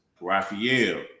Raphael